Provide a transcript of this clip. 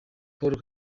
paulo